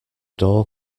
door